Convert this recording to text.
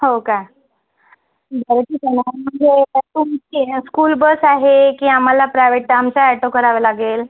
हो का बरं ठीक आहे ना म्हणजे तुमचे स्कूल बस आहे की आम्हाला प्रायवेट आमचा ॲटो करावा लागेल